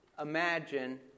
Imagine